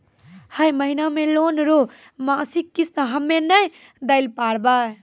है महिना मे लोन रो मासिक किस्त हम्मे नै दैल पारबौं